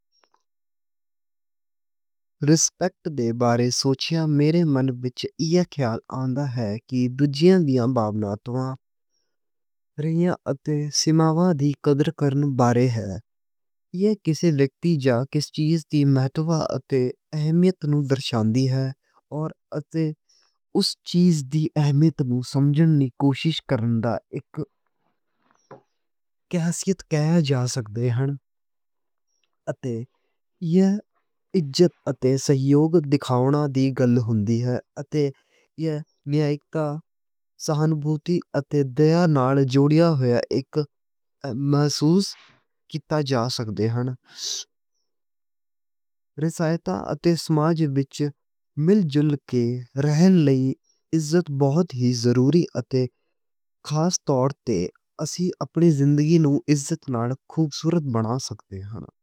رسپیکٹ دے بارے سوچیا، میرے من وچ ایہ خیال آندا ہے۔ کی بھاوناواں تے سہمتی اتے حدّاں دی قدر کرنے بارے ہن۔ ایہ کسے سلیکٹ یا کیس ڈیسژن دی مہتو تے اہمیت نوں سمجھݨ دی گل ہے۔ تے اُس دی اہمیت نوں سمجھݨ دی کوشش کرݨا اک حیثیت کہا جا سکدے ہن۔ تے جیہے طور تے سوشل پولیٹیکل ہوندیاں۔ تے ایہ سہانبھوتی تے دیا نال جوڑیاں ہوئیاں اک محسوس کیتا جا سکدا ہے۔ سماج وچ مل جل کے رہݨ لئی عزت بہت ہی ضروری ہے۔ تے خاص طور تے اسی اپنی پرسنل لائف نوں عزت نال خوبصورت بنا سکدی ہے۔